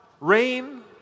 rain